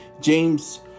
James